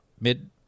Mid